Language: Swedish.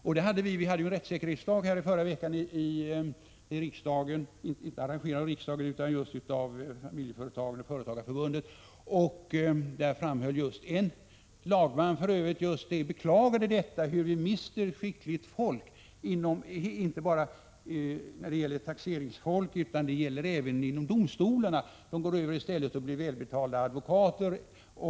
Vi hade ju en rättssäkerhetsdag förra veckan här i riksdagen — den var inte arrangerad av riksdagen utan av Familjeföretagens skatteberedning. Där framhöll en lagman det beklagliga i att staten mister skickligt folk. Det gäller inte bara taxeringsfolk utan även anställda inom domstolarna som går över till att bli välbetalda advokater.